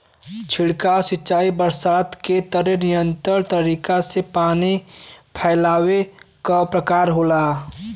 छिड़काव सिंचाई बरसात के तरे नियंत्रित तरीका से पानी फैलावे क प्रकार होला